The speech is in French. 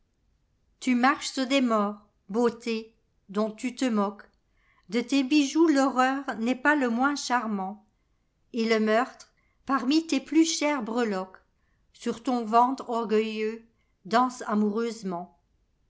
tu marches sur des morts beauté dont tu te moques de tes bijoux l'horreur n'est pas le moins charmant et le meurtre parmi les plus chères breloques sur ton ventre orgueilleux danse amoureusement